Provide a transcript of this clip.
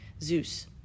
Zeus